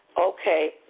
Okay